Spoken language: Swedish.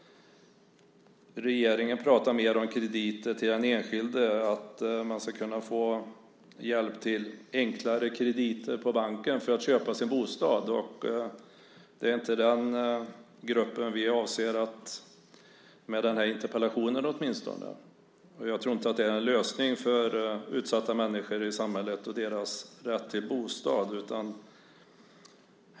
Regeringen pratar mer om krediter till den enskilde, att man enklare ska kunna få hjälp till krediter på banken för att köpa sin bostad. Det är inte den gruppen vi avser, åtminstone inte med den här interpellationen. Och jag tror inte att det är någon lösning för utsatta människor i samhället och deras rätt till bostad.